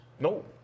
No